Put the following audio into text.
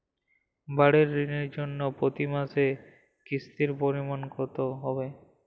বাড়ীর ঋণের জন্য প্রতি মাসের কিস্তির পরিমাণ কত হবে?